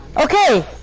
Okay